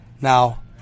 now